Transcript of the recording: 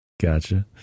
Gotcha